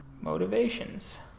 motivations